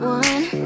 one